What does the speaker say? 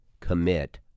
commit